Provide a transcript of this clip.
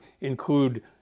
include